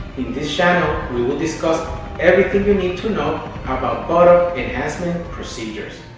in this channel, we will discuss everything you need to know about buttock enhancement procedures.